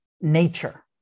nature